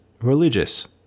religious